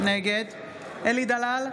נגד אלי דלל,